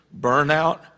burnout